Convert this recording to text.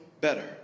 better